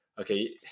okay